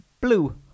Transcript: blue